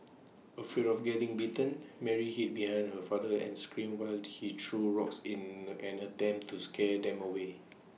afraid of getting bitten Mary hid behind her father and screamed while he threw rocks in an attempt to scare them away